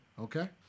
okay